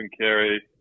carry